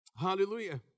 Hallelujah